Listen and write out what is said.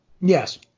Yes